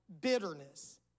bitterness